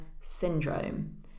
syndrome